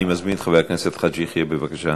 אני מזמין את חבר הכנסת חאג' יחיא, בבקשה.